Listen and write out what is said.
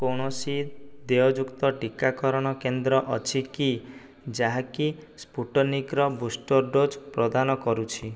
କୌଣସି ଦେୟଯୁକ୍ତ ଟୀକାକରଣ କେନ୍ଦ୍ର ଅଛି କି ଯାହାକି ସ୍ପୁଟନିକ୍ର ବୁଷ୍ଟର୍ ଡୋଜ୍ ପ୍ରଦାନ କରୁଛି